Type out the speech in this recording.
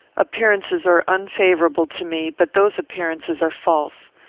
appearances are unfavourable to me, but those appearances are false.